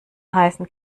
heißen